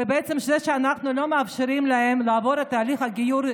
ובעצם זה שאנחנו לא מאפשרים להם לעבור את תהליך הגיור,